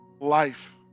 life